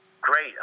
Great